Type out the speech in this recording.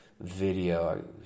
video